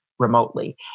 remotely